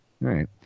right